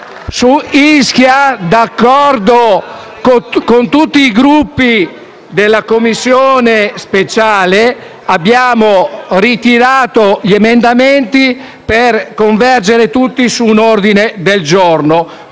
su Ischia, d'accordo con tutti i Gruppi della Commissione speciale, abbiamo ritirato gli emendamenti per convergere su un ordine del giorno.